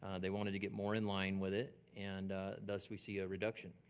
and they wanted to get more in line with it. and thus, we see a reduction.